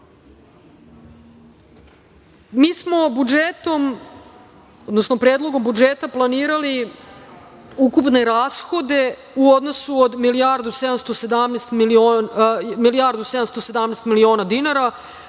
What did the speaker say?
smo budžetom, odnosno Predlogom budžeta planirali ukupne rashode u odnosu od milijardu 717 miliona dinara,